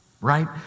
right